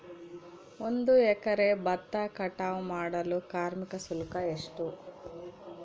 ಒಂದು ಎಕರೆ ಭತ್ತ ಕಟಾವ್ ಮಾಡಲು ಕಾರ್ಮಿಕ ಶುಲ್ಕ ಎಷ್ಟು?